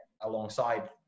alongside